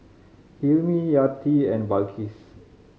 Hilmi Yati and Balqis